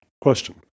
question